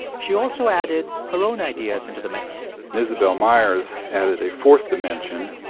she also added her own ideas into the mix and isabel myers added a fourth dimension,